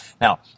Now